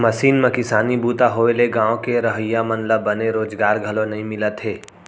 machine म किसानी बूता होए ले गॉंव के रहवइया मन ल बने रोजगार घलौ नइ मिलत हे